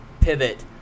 pivot